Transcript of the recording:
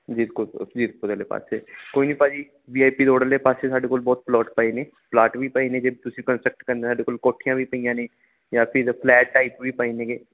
ਜੀਕੋਪੁਰ ਜੀਰਕਪੁਰ ਵਾਲੇ ਪਾਸੇ ਕੋਈ ਨਹੀਂ ਭਾਅ ਜੀ ਵੀ ਆਈ ਪੀ ਰੋਡ ਵਾਲੇ ਪਾਸੇ ਸਾਡੇ ਕੋਲ ਬਹੁਤ ਪਲੋਟ ਪਏ ਨੇ ਪਲਾਟ ਵੀ ਪਏ ਨੇ ਜੇ ਤੁਸੀਂ ਕਨਸੈਪਟ ਕਰਨਾ ਸਾਡੇ ਕੋਲ ਕੋਠੀਆਂ ਵੀ ਪਈਆਂ ਨੇ ਜਾਂ ਫਿਰ ਫਲੈਟ ਟਾਈਪ ਵੀ ਪਏ ਨੇ ਗੇ